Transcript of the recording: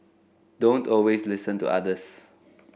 don't always listen to others